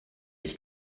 ich